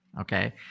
Okay